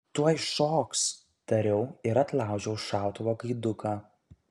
tuoj šoks tariau ir atlaužiau šautuvo gaiduką